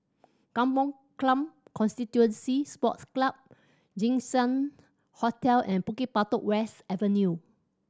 Kampong Glam Constituency Sports Club Jinshan Hotel and Bukit Batok West Avenue